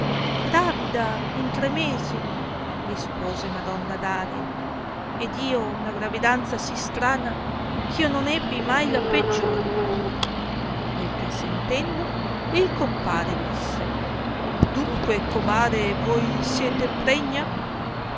gravida in tre mesi rispose madonna daria ed ho una gravedanza sì strana eh io non ebbi mai la peggiore il che sentendo il compare disse dunque comare voi siete pregna